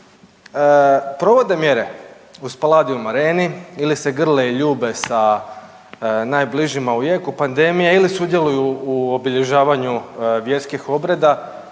provode mjere u Spaladium areni ili se grle i ljube sa najbližim u jeku pandemije ili sudjeluju u obilježavanju vjerskih obreda